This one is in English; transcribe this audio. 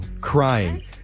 crying